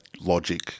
logic